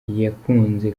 yakunze